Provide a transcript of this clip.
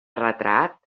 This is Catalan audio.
retrat